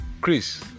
Chris